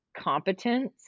Competence